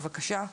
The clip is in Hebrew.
בבקשה.